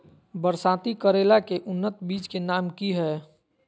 बरसाती करेला के उन्नत बिज के नाम की हैय?